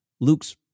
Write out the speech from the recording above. Luke's